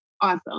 awesome